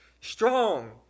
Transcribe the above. strong